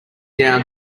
down